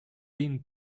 been